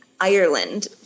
Ireland